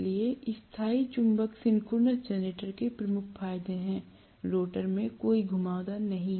इसलिए स्थायी चुंबक सिंक्रोनस जेनरेटर के प्रमुख फायदे हैं रोटर में कोई घुमावदार नहीं